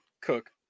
Cook